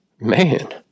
Man